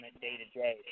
day-to-day